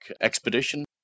expedition